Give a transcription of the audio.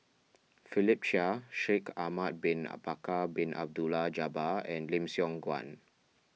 Philip Chia Shaikh Ahmad Bin Bin Abdullah Jabbar and Lim Siong Guan